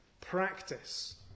practice